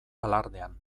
alardean